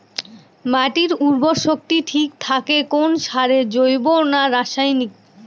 মাটির উর্বর শক্তি ঠিক থাকে কোন সারে জৈব না রাসায়নিক?